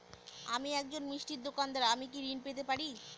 আমি একজন মিষ্টির দোকাদার আমি কি ঋণ পেতে পারি?